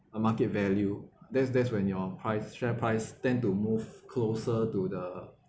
uh market value that's that's when your price share price tend to move closer to the